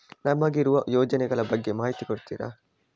ನಮಗಿರುವ ಯೋಜನೆಗಳ ಬಗ್ಗೆ ಮಾಹಿತಿ ಕೊಡ್ತೀರಾ?